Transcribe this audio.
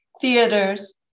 theaters